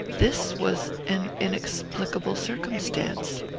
this was an inexplicable circumstance.